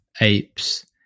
apes